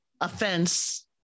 offense